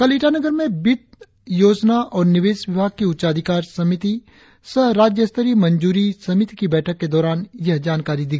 कल ईटानगर में वित्त योजना और निवेश विभाग की उच्चाधिकार समिति सह राज्य स्तरीय मंजूरी समिति की बैठक के दौरान यह जानकारी दी